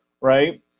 right